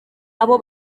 abo